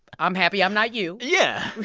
i'm happy i'm not you yeah.